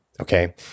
okay